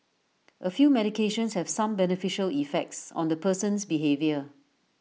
A few medications have some beneficial effects on the person's behaviour